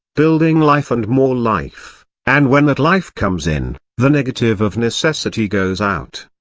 building life and more life, and when that life comes in, the negative of necessity goes out.